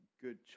good